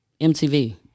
MTV